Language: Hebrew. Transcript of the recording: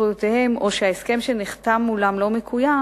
זכויותיהם או שההסכם שנחתם מולם לא מקוים,